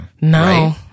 no